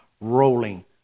rolling